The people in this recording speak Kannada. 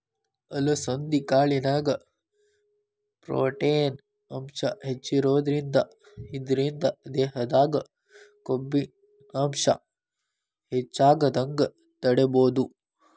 ಅಲಸಂಧಿ ಕಾಳಿನ್ಯಾಗ ಪ್ರೊಟೇನ್ ಅಂಶ ಹೆಚ್ಚಿರೋದ್ರಿಂದ ಇದ್ರಿಂದ ದೇಹದಾಗ ಕೊಬ್ಬಿನಾಂಶ ಹೆಚ್ಚಾಗದಂಗ ತಡೇಬೋದು